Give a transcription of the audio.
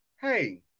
hey